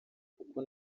kuko